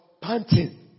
panting